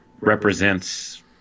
represents